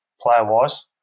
player-wise